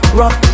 rock